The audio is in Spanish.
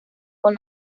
con